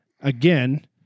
Again